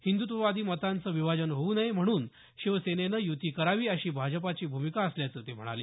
हिंदुत्ववादी मतांचं विभाजन होऊ नये म्हणून शिवसेनेनं य्ती करावी अशी भाजपाची भूमिका असल्याचं ते म्हणाले